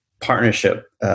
partnership